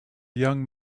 young